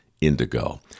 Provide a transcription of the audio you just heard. indigo